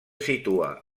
situa